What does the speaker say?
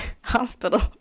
hospital